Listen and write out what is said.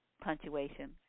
punctuation